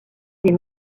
des